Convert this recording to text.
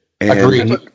Agreed